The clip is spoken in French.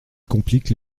complique